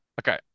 Okay